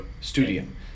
studium